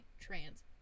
trans